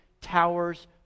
towers